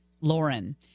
Lauren